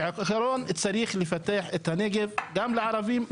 כי בעיקרון צריך לפתח את הנגב גם לערבים וגם ליהודים.